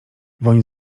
woń